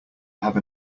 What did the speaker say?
have